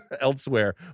elsewhere